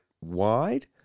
wide